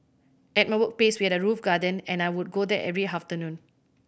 at my workplace we had a roof garden and I would go there every afternoon